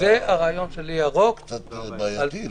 זה קצת בעייתי.